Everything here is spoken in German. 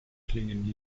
klingen